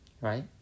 right